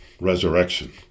resurrection